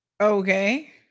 Okay